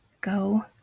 Go